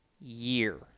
year